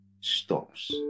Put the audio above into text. stops